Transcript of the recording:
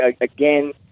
again